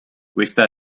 questa